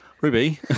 Ruby